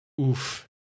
Oof